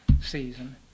season